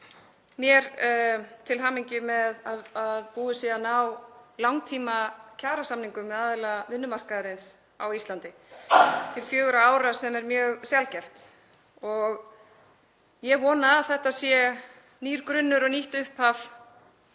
mér til hamingju með að búið sé að ná langtímakjarasamningum við aðila vinnumarkaðarins á Íslandi til fjögurra ára, sem er mjög sjaldgæft. Ég vona að þetta sé nýr grunnur og nýtt upphaf